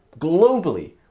globally